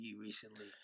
recently